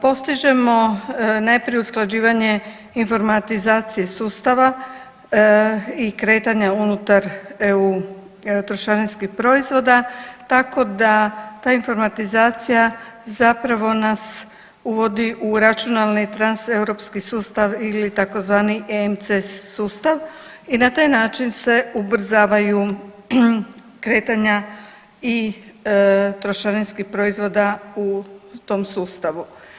Postižemo najprije usklađivanje informatizacije sustava i kretanja unutar EU trošarinskih proizvoda, tako da ta informatizacija zapravo nas uvodi u računalni trans europski sustav ili tzv. EMC sustav i na taj način se ubrzavaju kretanja i trošarinskih proizvoda u tom sustavu.